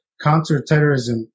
counterterrorism